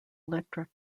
electric